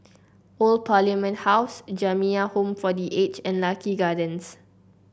Old Parliament House Jamiyah Home for The Aged and Lucky Gardens